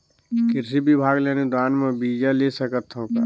कृषि विभाग ले अनुदान म बीजा ले सकथव का?